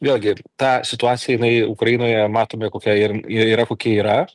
vėlgi tą situaciją jinai ukrainoje matome kokia ir ir yra kokia yra